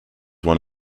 one